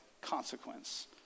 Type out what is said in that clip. consequence